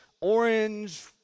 orange